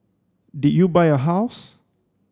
did you buy a house